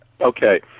Okay